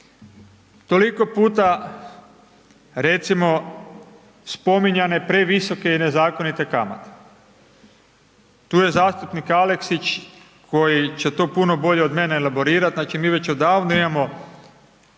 toliko puta recimo, spominjane previsoke i nezakonite kamate. Tu je zastupnik Aleksić, koji će to puno bolje od mene elaborirati znači mi već odavno imamo